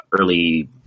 early